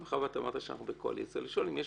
מאחר ואתה אמרת שאנחנו בקואליציה, לשאול אם יש